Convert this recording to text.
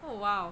oh !wow!